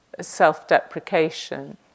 self-deprecation